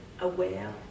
aware